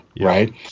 right